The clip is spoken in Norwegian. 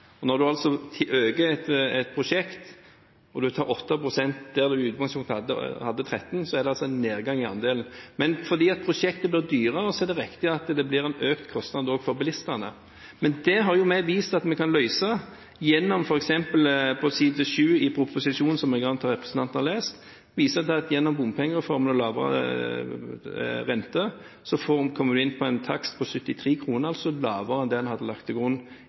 tar 8 pst. der man i utgangspunktet hadde 13 pst., er det en nedgang i andelen. Men fordi prosjektet blir dyrere, er det riktig at det blir en økt kostnad også for bilistene. Men det har vi vist at vi kan løse. For eksempel på side 7 i proposisjonen, som jeg antar representanten har lest, viser vi at gjennom bompengereformen og lavere rente kommer vi til en takst på 73 kr, altså lavere enn det en hadde lagt til grunn